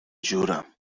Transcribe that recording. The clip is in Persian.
جورم